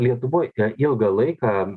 lietuvoj ilgą laiką